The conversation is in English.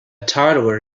toddler